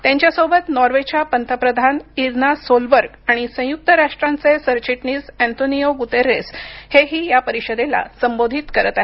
त्यांच्या सोबत नॉर्वेच्या पंतप्रधान इर्ना सोलबर्ग आणि संयुक्त राष्ट्रांचे सरचिटणिस ऍन्तोनिओ ग्युतेरस ही या परिषदेला संबोधित करणार आहेत